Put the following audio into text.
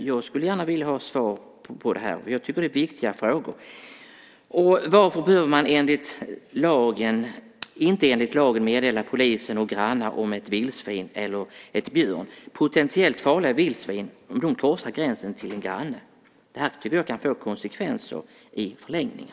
Jag skulle gärna vilja ha svar på det här. Jag tycker det är viktiga frågor. Varför behöver man inte enligt lagen meddela polis och grannar om ett vildsvin eller en björn, potentiellt farliga djur, korsar gränsen till en granne? Det här tycker jag kan få konsekvenser i förlängningen.